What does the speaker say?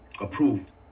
approved